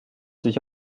sich